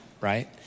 right